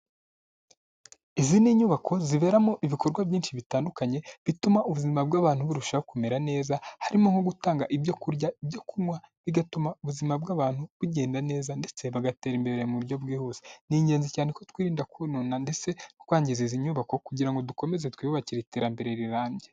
Izi ni nyubako ziberamo ibikorwa byinshi bitandukanye, bituma ubuzima bw'abantu burushaho kumera neza, harimo nko gutanga ibyo kurya, ibyo kunywa, bigatuma ubuzima bw'abantu bugenda neza ndetse bagatera imbere mu buryo bwihuse. Ni ingenzi cyane ko twirinda kunona ndetse no kwangiza izi nyubako kugira ngo dukomeze twiyubakire iterambere rirambye.